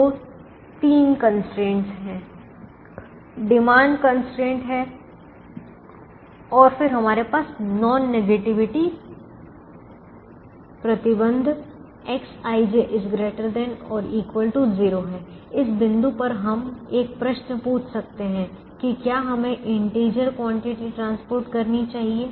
तो 3 कंस्ट्रेंटस हैं demand constant हैं और फिर हमारे पास नॉन नेगेटिविटी प्रतिबंध Xij ≥ 0 है इस बिंदु पर हम एक प्रश्न पूछ सकते हैं कि क्या हमें इंटीजर क्वांटिटी परिवहन करना चाहिए